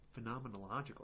phenomenological